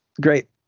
great